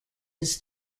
his